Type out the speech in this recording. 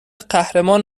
قهرمان